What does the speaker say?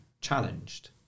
challenged